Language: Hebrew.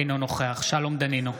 אינו נוכח שלום דנינו,